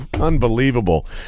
unbelievable